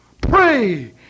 pray